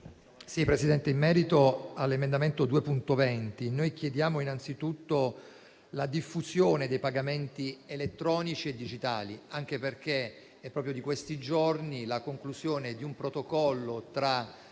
Presidente, con l'emendamento 2.20 chiediamo innanzitutto la diffusione dei pagamenti elettronici, anche perché è proprio di questi giorni la conclusione di un protocollo tra